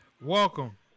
welcome